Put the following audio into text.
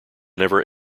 never